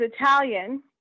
Italian